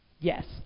yes